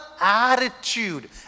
attitude